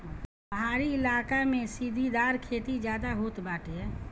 पहाड़ी इलाका में सीढ़ीदार खेती ज्यादा होत बाटे